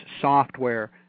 software